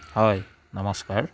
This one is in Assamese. হয় নমস্কাৰ